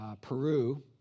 Peru